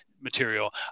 material